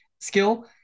skill